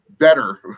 better